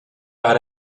about